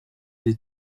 des